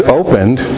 opened